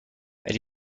elle